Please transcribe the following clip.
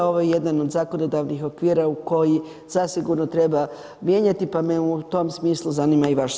Ovo je jedan od zakonodavnih okvira u koji zasigurno treba mijenjati pa me u tom smislu zanima i vaš stav.